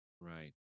Right